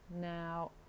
now